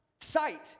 Sight